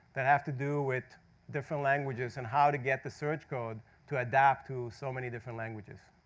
that have to do with different languages and how to get the search code to adapt to so many different languages.